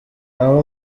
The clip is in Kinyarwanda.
abo